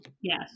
Yes